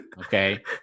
Okay